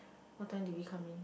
what time did we come in